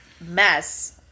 mess